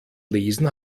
lesen